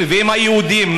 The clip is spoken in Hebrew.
והיהודים,